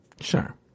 Sure